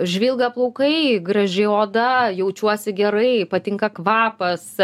žvilga plaukai graži oda jaučiuosi gerai patinka kvapas